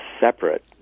separate